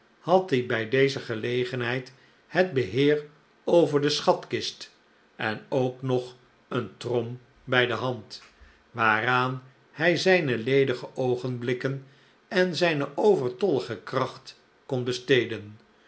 had hij bij deze gelegenheid het beheer over de schatkist en ook nog eene trom bij de hand waaraan hij zijne ledige oogenblikken en zijne overtollige kracht kon besteden